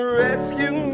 rescue